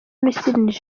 misiri